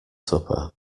supper